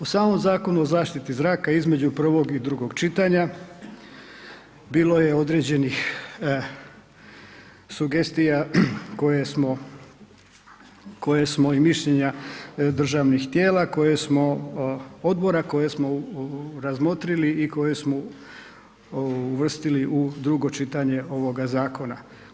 U samom Zakonu o zaštiti zraka između prvog i drugog čitanja bilo je određenih sugestija koje smo, koje smo i mišljenja državnih tijela koje smo, odbora koje smo razmotrili i koje smo uvrstili u drugo čitanje ovoga zakona.